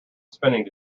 spinning